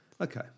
okay